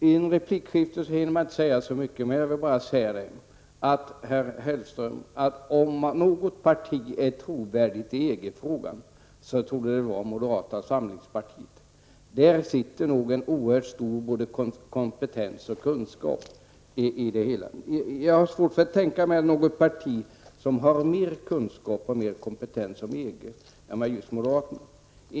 I ett replikskifte hinner man inte med så mycket, så jag vill bara säga, herr Hellström, att om något parti är trovärdigt i EG-frågan så torde det vara moderata samlingspartiet. Jag har svårt att tänka mig något parti som har mer kunskap och mer kompetens i fråga om EG än just moderaterna.